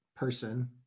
person